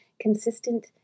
consistent